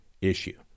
issue